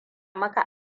maka